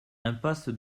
impasse